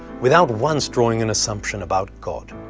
without once drawing an assumption about god.